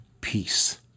peace